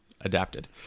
adapted